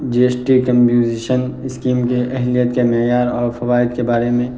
جی S T composition scheme کے اہلیت کے معیار اور فوائد کے بارے میں